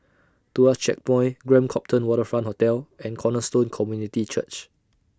Tuas Checkpoint Grand Copthorne Waterfront Hotel and Cornerstone Community Church